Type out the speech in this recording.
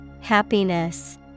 Happiness